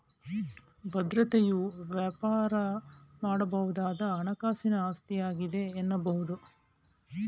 ಭದ್ರತೆಯು ವ್ಯಾಪಾರ ಮಾಡಬಹುದಾದ ಹಣಕಾಸಿನ ಆಸ್ತಿಯಾಗಿದೆ ಎನ್ನಬಹುದು